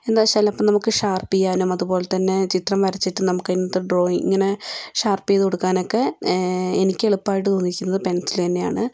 എന്താണ് വെച്ചാൽ അപ്പം നമുക്ക് ഷാർപ്പ് ചെയ്യാനും അതുപോലെ തന്നെ ചിത്രം വരച്ചിട്ട് നമുക്ക് അതിനകത്ത് ഡ്രോയിംഗ് ഇങ്ങനെ ഷാർപ്പ് ചെയ്ത് കൊടുക്കാനൊക്കെ എനിക്ക് എളുപ്പമായിട്ട് തോന്നിയിരിക്കുന്നത് പെൻസിൽ തന്നെയാണ്